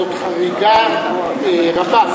זאת חריגה רבה.